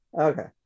Okay